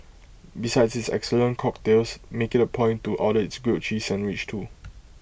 besides its excellent cocktails make IT A point to order its grilled cheese sandwich too